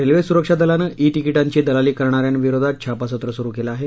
railway सुरक्षा दलानं e तिकीटांची दलाली करणा यांविरोधात छापासत्र सुरु केलं आहे